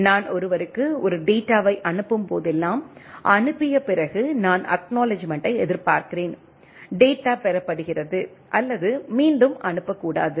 நான் ஒருவருக்கு ஒரு டேட்டாவை அனுப்பும் போதெல்லாம் அனுப்பிய பிறகு நான் அக்நாலெட்ஜ்மெண்ட்டைப் எதிர்பார்க்கிறேன் டேட்டா பெறப்படுகிறது அல்லது மீண்டும் அனுப்பக்கூடாது